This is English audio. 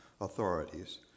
authorities